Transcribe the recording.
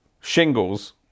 shingles